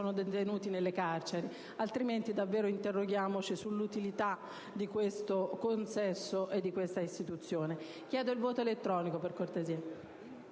detenuti nelle carceri. Altrimenti, dobbiamo davvero interrogarci sull'utilità di questo consesso e di questa istituzione.